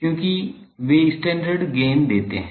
क्योंकि वे standard gain देते हैं